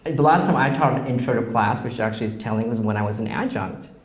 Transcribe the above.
the last time i taught intro to class, which actually is telling, was when i was an adjunct,